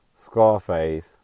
Scarface